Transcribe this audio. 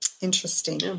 Interesting